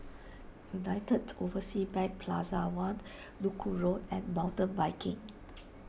United Overseas Bank Plaza one Duku Road and Mountain Biking